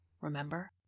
Remember